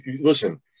listen